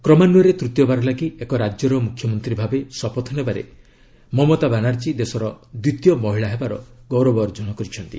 କ୍ରମାନ୍ୱୟରେ ତୂତୀୟ ବାର ଲାଗି ଏକ ରାଜ୍ୟର ମୁଖ୍ୟମନ୍ତ୍ରୀ ଭାବେ ଶପଥ ନେବାରେ ମମତା ବାନାର୍ଜୀ ଦେଶର ଦ୍ୱିତୀୟ ମହିଳା ହେବାର ଗୌରବ ଅର୍ଜନ କରିଛନ୍ତି